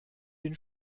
den